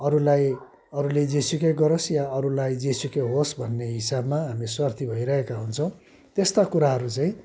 अरूलाई अरूले जेसुकै गरोस् या अरूलाई जेसुकै होस् भन्ने हिसाबमा हामी स्वार्थी भइरहेका हुन्छौँ त्यस्ता कुराहरू चाहिँ